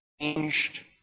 changed